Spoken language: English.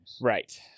Right